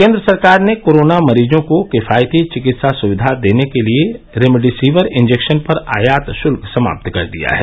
केंद्र सरकार में कोरोना मरीजों को किफायती चिकित्सा सुविधा देने के लिए रेमडेसिविर इंजेक्शजन पर आयात शुल्क समाप्त कर दिया है